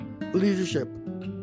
leadership